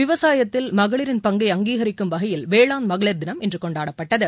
விவசாயத்தில் மகளிரின் பங்கை அங்கீகரிக்கும் வகையில் வேளாண் மகளிர் தினம் இன்று கொண்டாடப்பட்டது